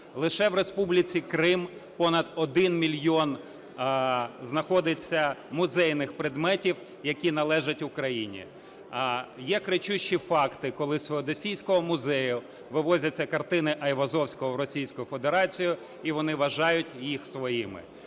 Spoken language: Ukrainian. Лише в Республіці Крим понад 1 мільйон знаходиться музейних предметів, які належать Україні. Є кричущі факти, коли з феодосійського музею вивозяться картини Айвазовського в Російську Федерацію і вони вважають їх своїми.